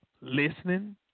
listening